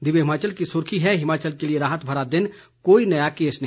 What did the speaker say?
दिव्य हिमाचल की सुर्खी है हिमाचल के लिए राहत भरा दिन कोई नया केस नहीं